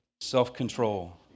self-control